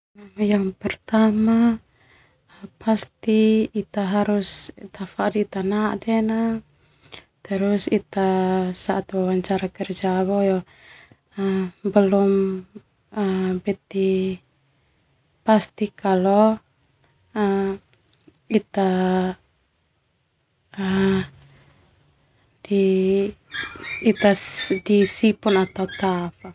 Yang pertama pasti ita harus tafada ita naden na terus ita saat wawancara kerja belum beti tentu ita ita disipo kerja do ta fa.